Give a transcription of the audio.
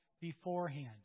beforehand